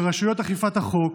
ברשויות אכיפת החוק,